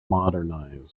modernised